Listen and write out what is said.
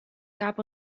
gab